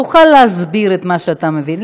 תוכל להסביר את מה שאתה מבין,